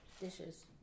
dishes